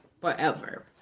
forever